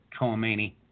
Khomeini